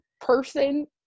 person